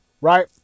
right